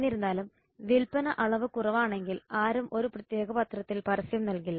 എന്നിരുന്നാലും വിൽപ്പന അളവ് കുറവാണെങ്കിൽ ആരും ഒരു പ്രത്യേക പത്രത്തിൽ പരസ്യം നൽകില്ല